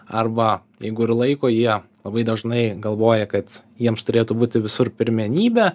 arba jeigu ir laiko jie labai dažnai galvoja kad jiems turėtų būti visur pirmenybė